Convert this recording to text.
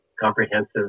comprehensive